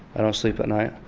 i don't sleep at night.